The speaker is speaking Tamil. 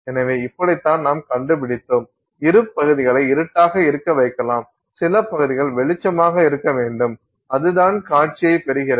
எனவே இப்படித்தான் நாம் கண்டுபிடித்தோம் இரு பகுதிகளை இருட்டாக இருக்க வைக்கலாம் சில பகுதிகள் வெளிச்சமாக இருக்க வேண்டும் அதுதான் காட்சியைப் பெறுகிறது